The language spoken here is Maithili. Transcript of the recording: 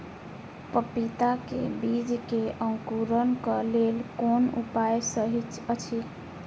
पपीता के बीज के अंकुरन क लेल कोन उपाय सहि अछि?